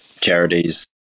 charities